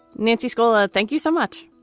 nancy scola, thank you so much.